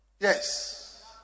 yes